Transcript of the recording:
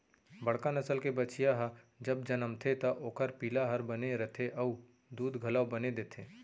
बड़का नसल के बछिया ह जब जनमथे त ओकर पिला हर बने रथे अउ दूद घलौ बने देथे